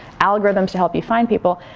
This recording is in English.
algorithms to help you find people,